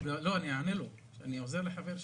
לא, אני עונה לו, עוזר לחבר שלי.